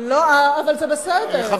אבל זה בסדר,